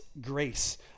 grace